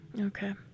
Okay